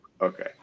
okay